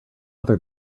other